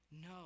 No